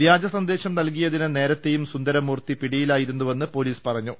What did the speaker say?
വ്യാജസന്ദേശം നൽകിയതിന് നേരത്തെയും സുന്ദരമൂർത്തി പിടിയിലായിരുന്നുവെന്ന് പൊലീസ് പറഞ്ഞു